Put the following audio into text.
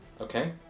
Okay